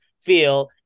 feel